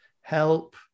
help